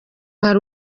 hari